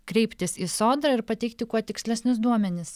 kreiptis į sodrą ir pateikti kuo tikslesnius duomenis